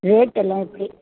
rate எல்லாம் எப்படி